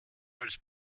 als